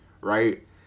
right